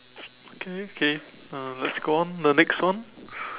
okay okay uh let's go on to the next one